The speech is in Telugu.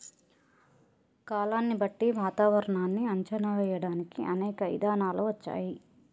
కాలాన్ని బట్టి వాతావరనాన్ని అంచనా వేయడానికి అనేక ఇధానాలు వచ్చాయి